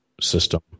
system